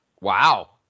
Wow